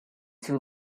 two